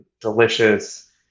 delicious